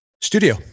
studio